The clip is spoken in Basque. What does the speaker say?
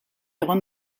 egon